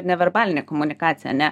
neverbalinė komunikacija ane